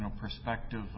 perspective